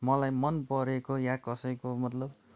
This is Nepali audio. मलाई मनपरेको या कसैको मतलब